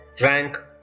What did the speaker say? rank